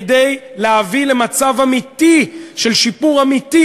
כדי להביא למצב אמיתי של שיפור אמיתי